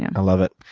and love it.